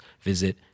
visit